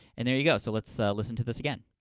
and there you go. so let's so listen to this again.